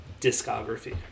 discography